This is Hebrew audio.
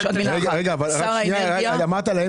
רגע, אני לא יכול בלי זה.